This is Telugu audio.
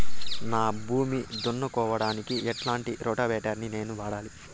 నా భూమి దున్నుకోవడానికి ఎట్లాంటి రోటివేటర్ ని నేను వాడాలి?